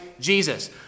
Jesus